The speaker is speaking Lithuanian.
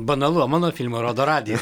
banalu o mano filmą rodo radija